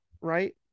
right